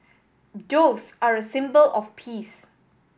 doves are a symbol of peace